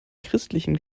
christlichen